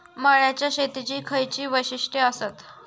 मळ्याच्या शेतीची खयची वैशिष्ठ आसत?